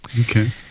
Okay